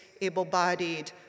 able-bodied